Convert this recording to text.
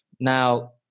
Now